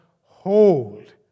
hold